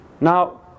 now